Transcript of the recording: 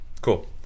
Cool